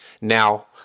Now